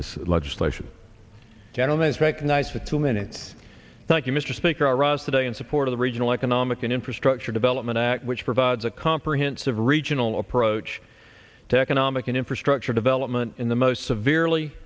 this legislation gentleman is recognized for two minutes thank you mr speaker are us today in support of the regional economic and infrastructure development act which provides a comprehensive regional approach to economic and infrastructure development in the most severely